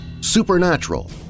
supernatural